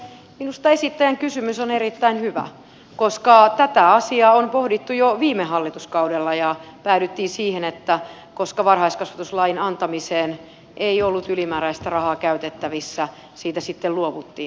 minusta esittäjän kysymys on erittäin hyvä koska tätä asiaa on pohdittu jo viime hallituskaudella ja päädyttiin siihen että koska varhaiskasvatuslain antamiseen ei ollut ylimääräistä rahaa käytettävissä siitä sitten luovuttiin